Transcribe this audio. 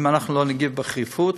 אם אנחנו לא נגיב בחריפות,